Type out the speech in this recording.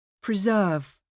Preserve